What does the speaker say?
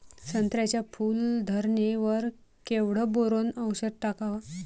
संत्र्याच्या फूल धरणे वर केवढं बोरोंन औषध टाकावं?